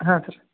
ಹಾಂ ಸರ್